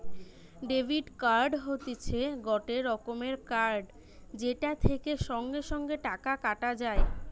debit card হতিছে গটে রকমের কার্ড যেটা থেকে সঙ্গে সঙ্গে টাকা কাটা যায়